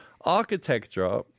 architecture